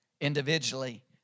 individually